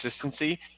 consistency